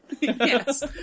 Yes